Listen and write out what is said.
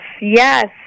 yes